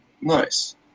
Nice